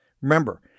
Remember